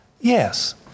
Yes